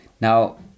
Now